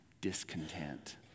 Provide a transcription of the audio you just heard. discontent